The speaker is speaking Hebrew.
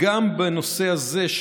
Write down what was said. וגם בנושא הזה,